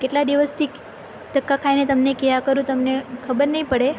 કેટલા દિવસથી ધક્કા ખાઈને તમને કહ્યા કરું તમને ખબર નહીં પડે